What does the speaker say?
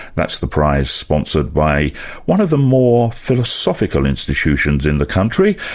that's the prize sponsored by one of the more philosophical institutions in the country,